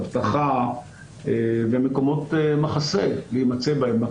אבטחה ומקומות מחסה להימצא בהם.